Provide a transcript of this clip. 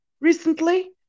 recently